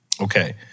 Okay